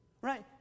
Right